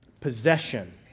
possession